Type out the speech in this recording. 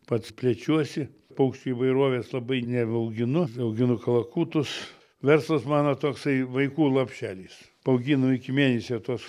pats plečiuosi paukščių įvairovės labai nebeauginu auginu kalakutus verslas mano toksai vaikų lopšelis paauginu iki mėnesio tuos